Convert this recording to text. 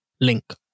link